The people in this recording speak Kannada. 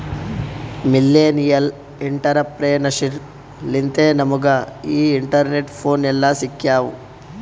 ಮಿಲ್ಲೆನಿಯಲ್ ಇಂಟರಪ್ರೆನರ್ಶಿಪ್ ಲಿಂತೆ ನಮುಗ ಈಗ ಇಂಟರ್ನೆಟ್, ಫೋನ್ ಎಲ್ಲಾ ಸಿಕ್ಯಾವ್